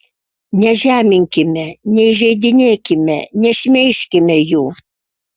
nežeminkime neįžeidinėkime nešmeižkime jų